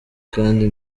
kandi